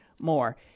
more